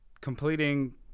Completing